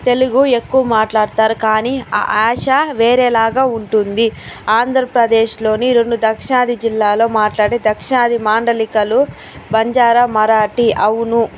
తెలుగు ఎక్కువ మాట్లాడుతారు కానీ ఆ యాస వేరేలాగా ఉంటుంది ఆంధ్రప్రదేశ్లోని రెండు దక్షినాది జిల్లాలో మాట్లాడే దక్షినాది మాండలికలు బంజారా మరాఠీ అవును